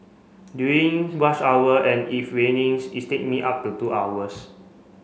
during rush hour and if its take me up to two hours